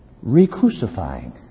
re-crucifying